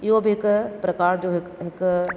इहो बि हिक प्रकार जो हि हिकु